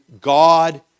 God